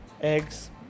eggs